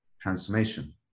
transformation